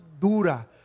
dura